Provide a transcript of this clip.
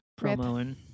promoing